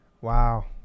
Wow